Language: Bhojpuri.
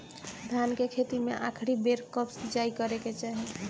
धान के खेती मे आखिरी बेर कब सिचाई करे के चाही?